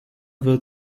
wird